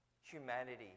Humanity